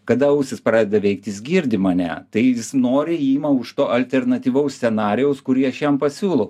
kada ausys pradeda veikt jis girdi mane tai jis nori ima už to alternatyvaus scenarijaus kurį aš jam pasiūlau